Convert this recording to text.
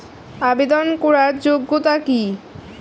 আবেদন করার যোগ্যতা কি?